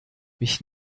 mich